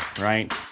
right